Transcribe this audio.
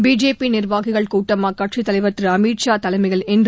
BJP நிர்வாகிகள் கூட்டம் அக்கட்சித்தலைவர் திரு அமித் ஷா தலைமையில் இன்று